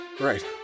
Right